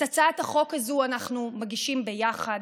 את הצעת החוק הזאת אנחנו מגישים ביחד,